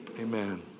amen